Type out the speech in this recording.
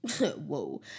whoa